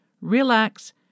relax